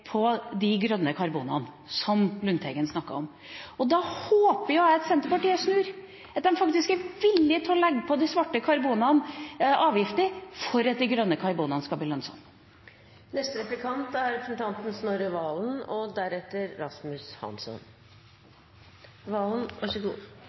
på de grønne karbonene, som Lundteigen snakket om. Da håper jeg at Senterpartiet snur, at de er villig til å legge avgifter på de svarte karbonene for at de grønne karbonene skal bli lønnsomme. Jeg deler representanten